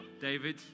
David